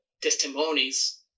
testimonies